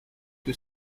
two